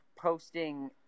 posting